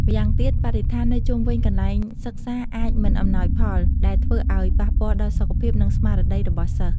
ម្យ៉ាងទៀត បរិស្ថាននៅជុំវិញកន្លែងសិក្សាអាចមិនអំណោយផល ដែលធ្វើអោយប៉ះពាល់ដល់សុខភាព និងស្មារតីរបស់សិស្ស។